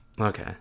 Okay